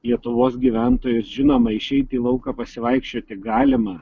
lietuvos gyventojus žinoma išeit į lauką pasivaikščioti galima